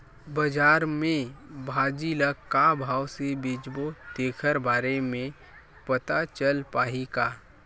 बजार में भाजी ल का भाव से बेचबो तेखर बारे में पता चल पाही का?